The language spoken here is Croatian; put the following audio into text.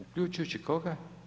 Uključujući koga?